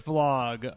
Vlog